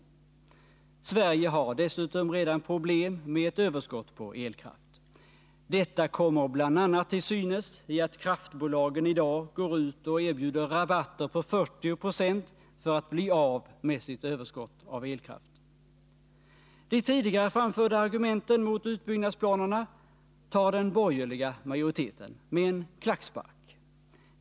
Sverige har dessutom redan problem med ett överskott på elkraft. Detta kommer bl. a: till synes i att kraftbolagen i dag går ut och erbjuder rabatter på 40 20 för att bli av med sitt överskott av elkraft. De tidigare framförda argumenten mot utbyggnadsplanen tar den borgerliga majoriteten med en klackspark.